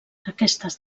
aquestes